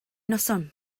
noson